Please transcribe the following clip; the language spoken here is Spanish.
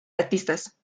artistas